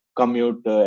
commute